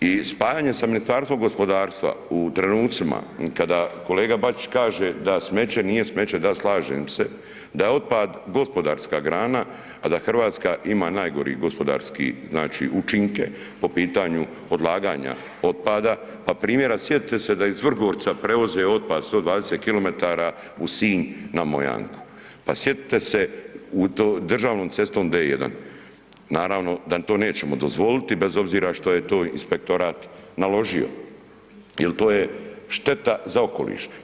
i spajanje sa Ministarstvom gospodarstva u trenucima kada kolega Bačić kaže da smeće nije smeće, da slažem se da je otpad gospodarska grana, a da Hrvatska ima najgori gospodarski znači učinke po pitanju odlaganja otpada pa primjera sjetite se da iz Vrgorca prevoze otpad 120 km u Sinj na Mojanku, pa sjetite se državnom cestom D1, naravno da to nećemo dozvoliti bez obzira što je to inspektorat naložio jer to je šteta za okoliš.